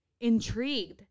intrigued